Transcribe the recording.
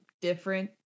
different